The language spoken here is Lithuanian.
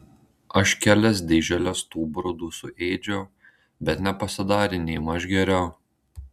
aš kelias dėželes tų brudų suėdžiau bet nepasidarė nėmaž geriau